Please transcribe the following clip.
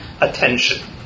attention